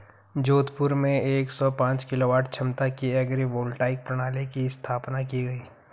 जोधपुर में एक सौ पांच किलोवाट क्षमता की एग्री वोल्टाइक प्रणाली की स्थापना की गयी